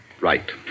Right